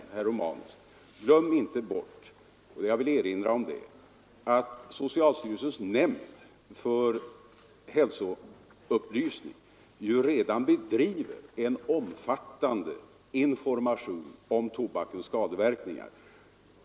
Men, herr Romanus, glöm inte bort — jag vill erinra om det — att socialstyrelsens nämnd för hälsovårdsupplysning ju redan bedriver en omfattande information om tobakens skadeverkningar.